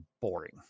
boring